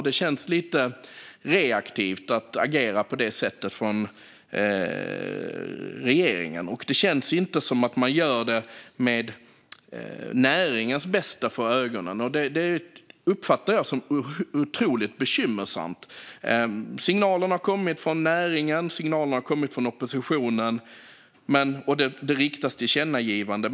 Det känns lite reaktivt att agera på det sättet från regeringens sida, och det känns inte som att man gör det med näringens bästa för ögonen. Detta uppfattar jag som otroligt bekymmersamt. Signalen har kommit från både näringen och oppositionen, och det riktas tillkännagivanden.